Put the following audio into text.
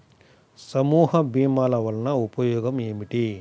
సమూహ భీమాల వలన ఉపయోగం ఏమిటీ?